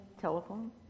telephone